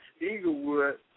Eaglewood